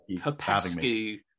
Popescu